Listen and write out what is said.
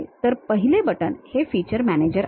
तर पहिले बटण हे feature manager आहे